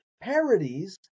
parodies